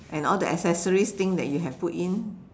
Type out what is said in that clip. and all the accessories thing that you have put in